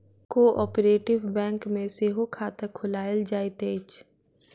cooperative bank मे सेहो खाता खोलायल जाइत अछि